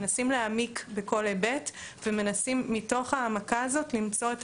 מנסים להעמיק בכל היבט ומנסים מתוך העמקה הזאת למצוא את